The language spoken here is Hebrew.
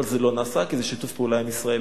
אבל זה לא נעשה, כי זה שיתוף פעולה עם ישראל.